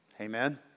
Amen